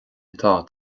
atá